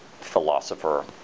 philosopher